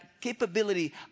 capability